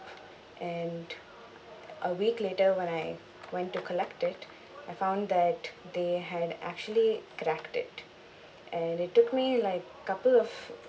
and a week later when I went to collect it I found that they had actually cracked it and it took me like couple of